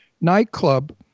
nightclub